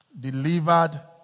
delivered